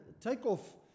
takeoff